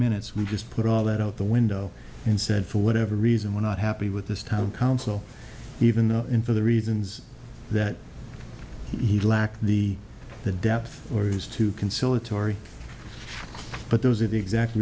minutes we just put all that out the window and said for whatever reason we're not happy with this town council even though in for the reasons that he lacked the the depth or it was too conciliatory but those are the exact